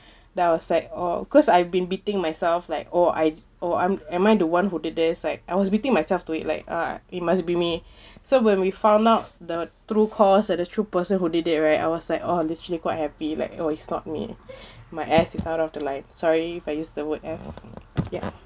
then I was like oh cause I've been beating myself like oh I oh I'm am I the one who did this like I was beating myself to it like uh it must be me so when we found out the true cause and the true person who did it right I was like oh literally quite happy like oh it's not me my ass is out of the light sorry if I used the word ass ya